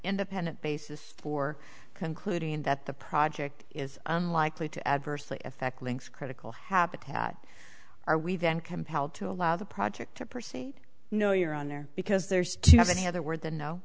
independent basis for concluding that the project is unlikely to adversely affect links critical habitat are we then compelled to allow the project to proceed no you're on there because there's too many other words the no